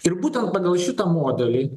ir būtent pagal šitą modelį